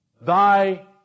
thy